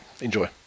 enjoy